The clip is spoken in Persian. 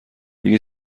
دیگه